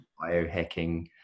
biohacking